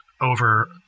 over